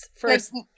first